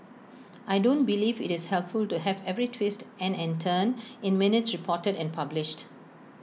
I don't believe IT is helpful to have every twist and and turn in minutes reported and published